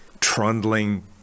trundling